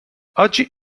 oggi